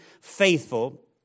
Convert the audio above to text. faithful